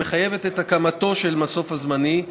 המחייבת את הקמתו של המסוף הזמני,